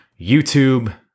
YouTube